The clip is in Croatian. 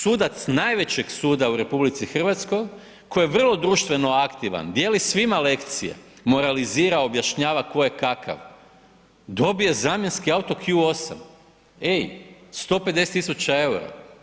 Sudac najvećeg suda u RH koji je vrlo društveno aktivan, dijeli svima lekcije, moralizira, objašnjava tko je kakav, dobije zamjenski auto Q8, ej, 150.000 eura.